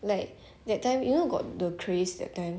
like that time you know got the craze that time